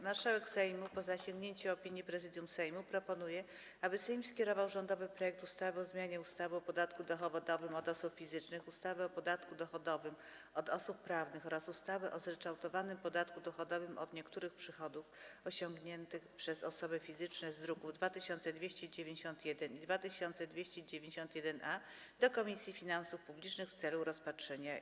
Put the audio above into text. Marszałek Sejmu, po zasięgnięciu opinii Prezydium Sejmu, proponuje, aby Sejm skierował rządowy projekt ustawy o zmianie ustawy o podatku dochodowym od osób fizycznych, ustawy o podatku dochodowym od osób prawnych oraz ustawy o zryczałtowanym podatku dochodowym od niektórych przychodów osiąganych przez osoby fizyczne z druków nr 2291 i 2291-A do Komisji Finansów Publicznych w celu rozpatrzenia.